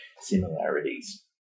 similarities